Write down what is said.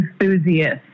enthusiast